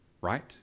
right